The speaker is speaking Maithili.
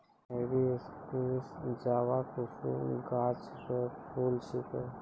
हिबिस्कुस जवाकुसुम गाछ रो फूल छिकै